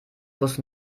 muss